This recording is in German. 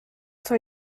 zur